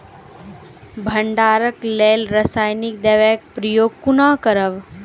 भंडारणक लेल रासायनिक दवेक प्रयोग कुना करव?